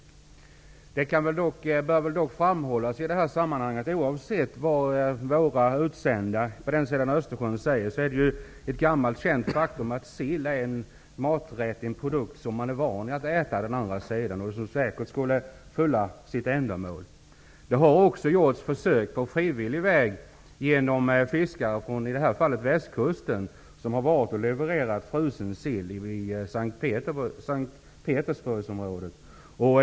I det här sammanhanget bör det dock framhållas, oavsett vad våra utsända på den andra sidan Östersjön säger, att det är ett gammalt känt faktum att sill är en maträtt och en produkt som man är van att äta där. Den skulle säkert fylla sitt ändamål. Det har också gjorts försök på frivillig väg genom att fiskare, i det här fallet från västkusten, har varit och levererat frusen sill i S:t Petersburgsområdet.